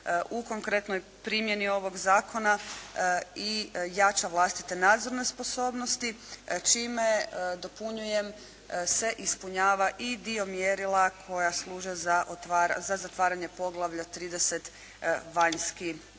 u konkretnoj primjeni ovog zakona i jača vlastite nadzorne sposobnosti čime dopunjujem se ispunjava i dio mjerila koja služe za zatvaranje poglavlja 30 – Vanjski